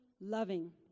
loving